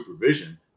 supervision